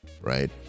right